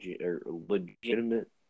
legitimate